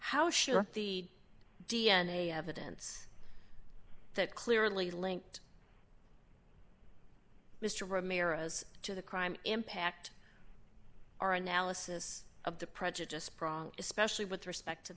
how sure the d n a evidence that clearly linked mr ramirez to the crime impact our analysis of the prejudiced process especially with respect to